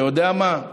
אתה יודע מה,